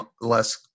less